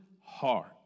heart